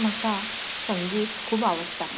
म्हाका संगीत खूब आवडटा